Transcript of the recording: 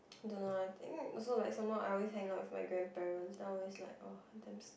don't know lah I think also like some more I hang out with my grandparents then I always like !wah! damn scared